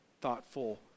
thoughtful